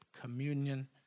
communion